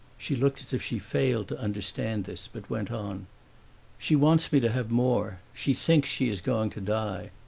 she looked as if she failed to understand this, but went on she wants me to have more. she thinks she is going to die.